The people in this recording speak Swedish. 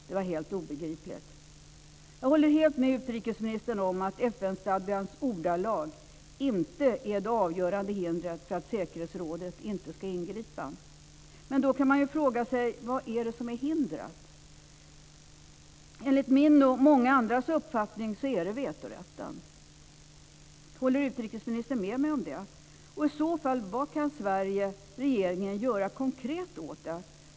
Det var helt obegripligt. Jag håller helt med utrikesministern om att FN stadgans ordalag inte är det avgörande hindret för att säkerhetsrådet inte ska ingripa. Då kan man fråga sig vad som är hindret. Enligt min och många andras uppfattning är det vetorätten. Håller utrikesministern med mig om det? Vad kan Sverige, regeringen, göra konkret åt detta?